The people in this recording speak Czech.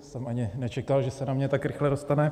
Ani jsem nečekal, že se na mě tak rychle dostane.